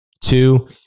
Two